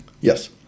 Yes